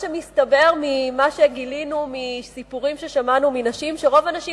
מה שמסתבר ממה שגילינו מסיפורים ששמענו מנשים הוא שרוב הנשים